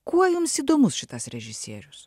kuo jums įdomus šitas režisierius